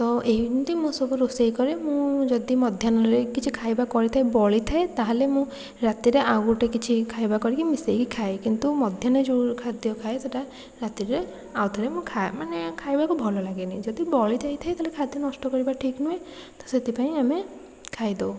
ତ ଏମତି ମୁଁ ସବୁ ରୋଷେଇ କରେ ମୁଁ ଯଦି ମଧ୍ୟାହ୍ନରେ କିଛି ଖାଇବା କରିଥାଏ ବଳିଥାଏ ତାହେଲେ ମୁଁ ରାତିରେ ଆଉ ଗୋଟେ କିଛି ଖାଇବା କରିକି ମିଶେଇକି ଖାଏ କିନ୍ତୁ ମଧ୍ୟାହ୍ନ ଯେଉଁ ଖାଦ୍ୟ ଖାଏ ସେଇଟା ରାତିରେ ଆଉଥରେ ମୁଁ ଖା ମାନେ ଖାଇବାକୁ ଭଲ ଲାଗେନି ଯଦି ବଳି ଯାଇଥାଏ ତ ଖାଦ୍ୟ ନଷ୍ଟ କରିବା ଠିକ୍ ନୁହେଁ ତ ସେଥିପାଇଁ ଆମେ ଖାଇ ଦେଉ